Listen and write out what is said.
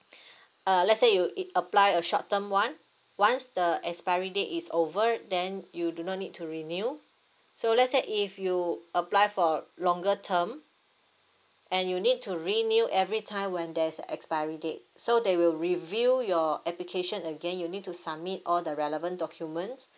uh let's say you apply a short term one once the expiry date is over then you do not need to renew so let's say if you apply for longer term and you need to renew every time when there's expiry date so they will review your application again you need to submit all the relevant documents